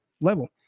level